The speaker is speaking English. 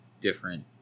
different